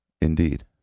Indeed